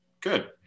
good